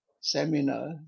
seminar